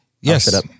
Yes